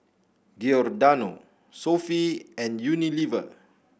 Giordano Sofy and Unilever